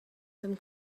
some